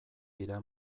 dira